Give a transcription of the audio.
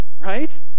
right